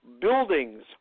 buildings